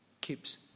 keeps